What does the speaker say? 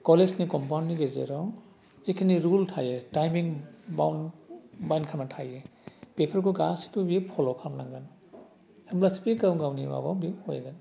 कलेजनि कमपाउन्डनि गेजेराव जिखिनि रुल थायो टाइमिं बाउन्ट मानिखानानै थायो बेफोरखौ गासैखौबो बियो फल' खालामनांगोन होमब्लासो बे गाव गावनि माबायाव बे फरायगोन